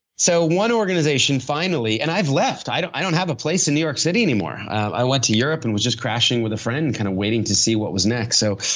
so, one organization finally, and i've left. i don't i don't have a place in new york city anymore. i went to europe and was just crashing with a friend, kind of waiting to see what was next. so